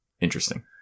interesting